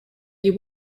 you